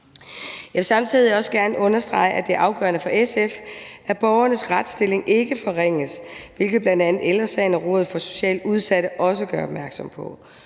Jeg vil samtidig gerne understrege, at det er afgørende for SF, at borgernes retsstilling ikke forringes, hvilket bl.a. Ældre Sagen og Rådet for Socialt Udsatte også gør opmærksom på.